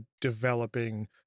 developing